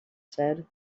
said